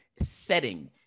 setting